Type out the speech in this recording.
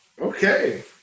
okay